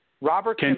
Robert